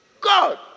God